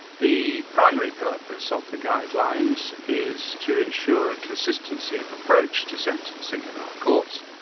the primary purpose of the guidelines is to ensure a consistency of approach to sentencing in our courts,